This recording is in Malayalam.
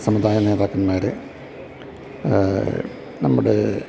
സമുദായ നേതാക്കന്മാരെ നമ്മുടെ